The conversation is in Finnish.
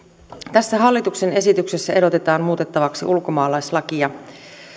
tässä hallituksen esityksessä ehdotetaan muutettavaksi ulkomaalaislakia